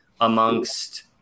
amongst